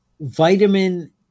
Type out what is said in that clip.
vitamin